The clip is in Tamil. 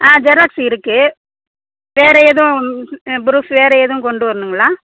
ஆ ஜெராக்ஸ் இருக்குது வேறு எதுவும் புரூஃப் வேறு எதுவும் கொண்டு வரணுங்களா